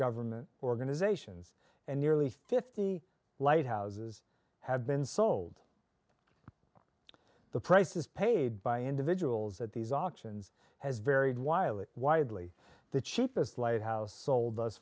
government organizations and nearly fifty lighthouses have been sold the prices paid by individuals at these auctions has varied wildly widely the cheapest lighthouse sold